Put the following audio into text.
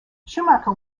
schumacher